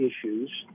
issues